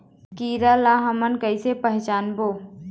कीरा ला हमन कइसे पहचानबो?